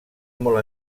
molt